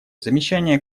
замечание